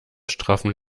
straffen